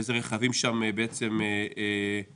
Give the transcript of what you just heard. ואיזה רכבים שם בעצם יהיו.